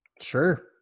sure